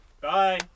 bye